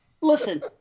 listen